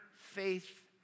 faith